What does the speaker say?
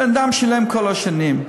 בן-אדם שילם כל השנים,